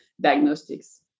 diagnostics